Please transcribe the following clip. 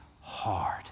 hard